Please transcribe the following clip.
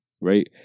right